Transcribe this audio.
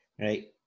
Right